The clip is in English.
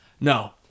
No